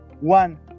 one